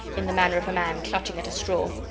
in the manner of a man clutching at a straw.